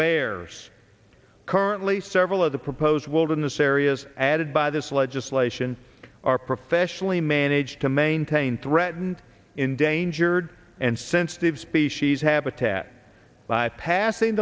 bears currently several of the proposed wilderness areas added by this legislation are professionally managed to maintain threatened endangered and sensitive species habitat by passing